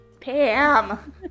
Pam